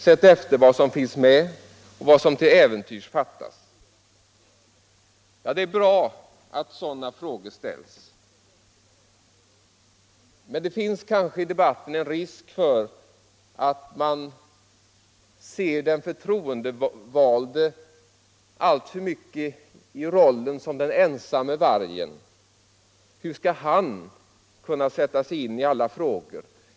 Sett efter vad som finns med, och vad som till äventyrs fattas? Det är bra att sådana frågor ställs. Men det finns kanske i debatten en risk för att man ser den förtroendevalde alltför mycket i rollen som den ensamme vargen. Hur skall han kunna sätta sig in i alla frågor?